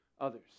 others